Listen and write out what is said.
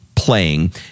playing